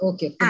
Okay